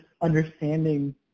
understanding